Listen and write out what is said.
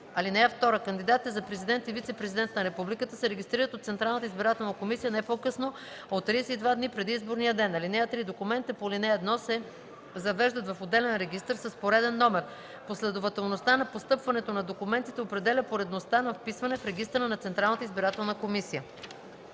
лица. (2) Кандидатите за президент и вицепрезидент на републиката се регистрират от Централната избирателна комисия не по-късно от 32 дни преди изборния ден. (3) Документите по ал. 1 се завеждат в отделен регистър с пореден номер. Последователността на постъпването на документите определя поредността на вписване в регистъра на Централната избирателна комисия.